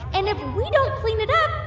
and if we don't clean it up,